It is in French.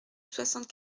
soixante